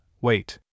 wait